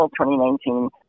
2019